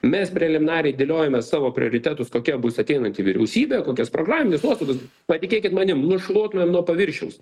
mes preliminariai dėliojame savo prioritetus kokia bus ateinanti vyriausybė kokios programinės nuostatos patikėkit manim nušluotumėm nuo paviršiaus